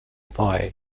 pye